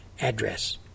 Address